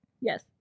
Yes